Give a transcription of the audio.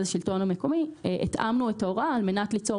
השלטון המקומי - התאמנו את ההוראה על מנת ליצור